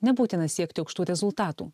nebūtina siekti aukštų rezultatų